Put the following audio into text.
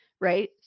right